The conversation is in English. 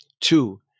two